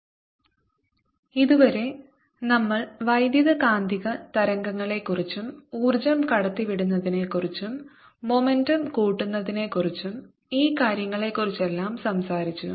ഒരു അതിർത്തിയിൽ തരംഗങ്ങളുടെ പ്രതിഫലനം I പിരിമുറുക്കമുള്ള സ്ട്രിംഗിൽ തരംഗമാക്കുക ഇതുവരെ നമ്മൾ വൈദ്യുതകാന്തിക തരംഗങ്ങളെക്കുറിച്ചും ഊർജ്ജം കടത്തിവിടുന്നതിനെക്കുറിച്ചും മോമെൻറ്റo കൂട്ടുന്നതിനെ ക്കുറിച്ചും ഈ കാര്യങ്ങളെക്കുറിച്ചെല്ലാം സംസാരിച്ചു